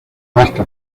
vasta